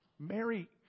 Mary